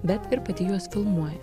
bet ir pati juos filmuoja